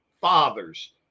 fathers